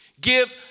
Give